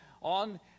on